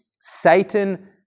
Satan